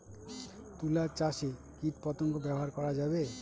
তুলা চাষে কীটপতঙ্গ ব্যবহার করা যাবে?